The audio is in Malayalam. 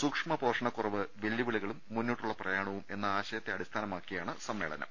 സൂക്ഷ്മ പോഷണ കുറവ് വെല്ലുവിളി കളും മുന്നോട്ടുള്ള പ്രയാണവും എന്ന ആശയത്തെ അടിസ്ഥാനമാ ക്കിയാണ് സമ്മേളനം